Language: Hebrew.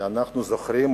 אנחנו זוכרים